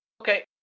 Okay